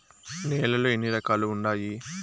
నేలలు ఎన్ని రకాలు వుండాయి?